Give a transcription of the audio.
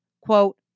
quote